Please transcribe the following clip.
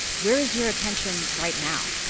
where is your attention right now?